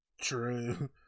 true